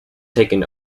taken